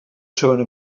segona